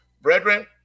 brethren